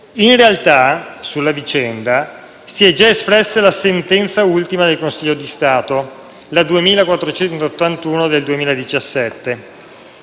In realtà sulla vicenda si è già espressa la sentenza del Consiglio di Stato n. 2481 del 2017